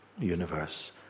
universe